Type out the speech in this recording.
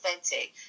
authentic